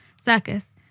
Circus